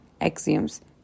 axioms